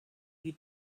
you